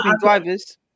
drivers